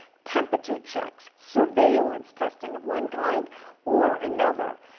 temperature checks, surveillance testing of one kind or another.